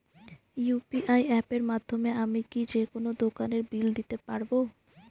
UPI অ্যাপের মাধ্যমে আমি কি যেকোনো দোকানের বিল দিতে পারবো?